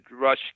rush